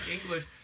English